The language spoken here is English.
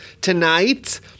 tonight